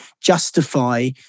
justify